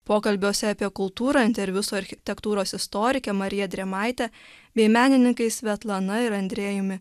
pokalbiuose apie kultūrą interviu su architektūros istorike marija drėmaite bei menininkais svetlana ir andrejumi